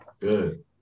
good